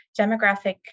demographic